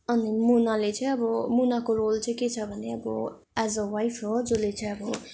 अनि मुनाले चाहिँ अब मुनाको रोल चाहिँ के छ भने अब एज अ वाइफ हो जसले चाहिँ अब